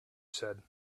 said